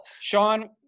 Sean